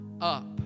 up